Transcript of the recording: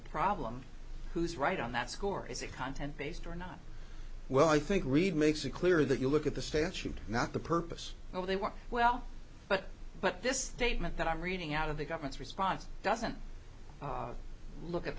problem who's right on that score is it content based or not well i think reed makes it clear that you look at the statute not the purpose well they want well but but this statement that i'm reading out of the government's response doesn't look at the